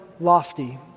lofty